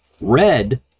Red